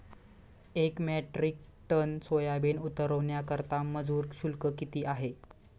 एक metric tonne soybean उतरवण्याकरता मजूर शुल्क किती आहे?